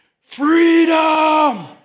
Freedom